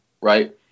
right